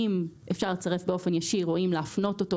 אם אפשר לצרף באופן ישיר או אם להפנות אותו.